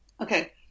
Okay